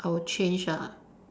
I will change ah